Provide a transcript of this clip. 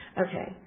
Okay